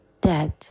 dead